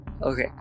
okay